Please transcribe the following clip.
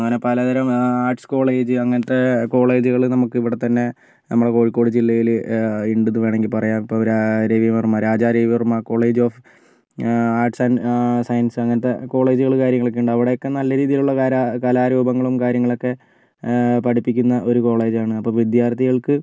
അങ്ങനെ പലതരം arts college അങ്ങനത്തെ കോളേജുകൾ നമുക്ക് ഇവിടെ തന്നെ നമ്മുടെ കോഴിക്കോട് ജില്ലയില് ഉണ്ടെന്ന് വേണമെങ്കിൽ പറയാം ഇപ്പോൾ രാ Ravi Varma Raja Ravi Varma college of arts and science അങ്ങനത്തെ കോളേജുകളും കാര്യങ്ങളൊക്കെ ഉണ്ട് അവിടെയൊക്കെ നല്ല രീതിയിലുള്ള കരാ കലാരൂപങ്ങളും കാര്യങ്ങളും ഒക്കെ പഠിപ്പിക്കുന്ന ഒരു കോളേജ് ആണ് അപ്പോൾ വിദ്യാർത്ഥികൾക്ക്